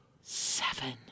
Seven